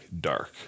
dark